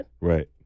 right